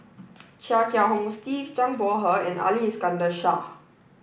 Chia Kiah Hong Steve Zhang Bohe and Ali Iskandar Shah